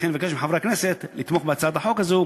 לכן, אני מבקש מחברי הכנסת לתמוך בהצעת החוק הזו.